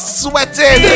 sweating